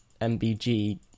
MBG